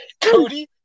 Cody